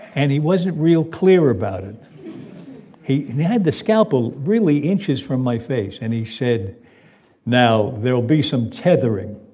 and he wasn't real clear about it. and he had the scalpel really inches from my face and he said now, there will be some tethering.